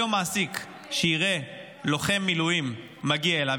היום מעסיק שיראה לוחם מילואים מגיע אליו,